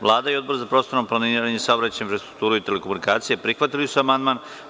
Vlada i Odbor za prostorno planiranje, saobraćaj, infrastrukturu i telekomunikacije prihvatili su amandman.